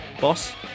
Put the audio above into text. boss